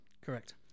Correct